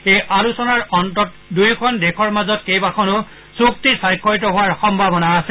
এই আলোচনাৰ অন্তত দুয়ো দেশৰ মাজত কেইবাখনো চুক্তি স্বাক্ষৰিত হোৱাৰ সম্ভাৱনা আছে